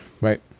right